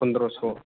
पनर'स'